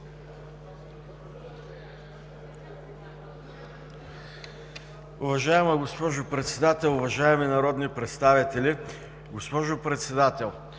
Уважаема госпожо Председател, уважаеми народни представители! Госпожо Председател,